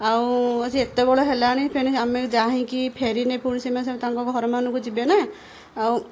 ଆଉ ଆସି ଏତବେଳ ହେଲାଣି ଫେଣେ ଆମେ ଯାହିଁକି ଫେରିନେ ଫୁଣି ସେମାନେ ସେମାନେ ତାଙ୍କ ଘରମାନଙ୍କୁ ଯିବେ ନା ଆଉ